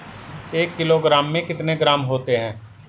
एक किलोग्राम में कितने ग्राम होते हैं?